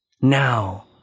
Now